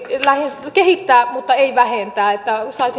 tulisi kehittää mutta ei vähentää